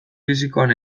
fisikoan